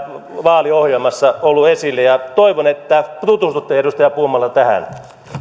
vaaliohjelmassamme ollut esillä ja toivon että tutustutte edustaja puumala tähän